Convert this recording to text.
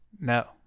No